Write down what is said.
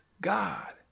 God